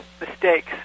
mistakes